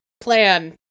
plan